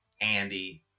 Andy